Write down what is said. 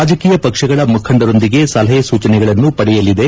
ರಾಜಕೀಯ ಪಕ್ಷಗಳ ಮುಖಂಡರೊಂದಿಗೆ ಸಲಹೆ ಸೂಚನೆಗಳನ್ನು ಪಡೆಯಲಿದೆ